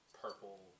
purple